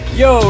yo